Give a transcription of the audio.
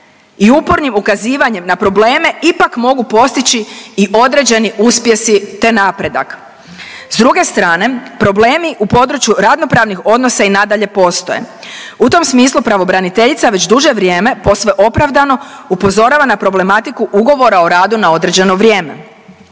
i upornim ukazivanjem na probleme ipak mogu postići i određeni uspjesi te napredak. S druge strane, problemi u području ravno-pravih odnosa i nadalje postoje. U tom smislu pravobraniteljica već duže vrijeme posve opravdano upozoravana na problematiku ugovora o radu na određeno vrijeme.